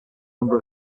number